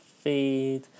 feed